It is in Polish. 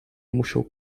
musiał